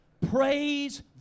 Praise